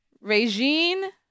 Regine